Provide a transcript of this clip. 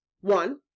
one